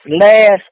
last